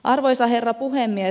arvoisa herra puhemies